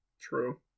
True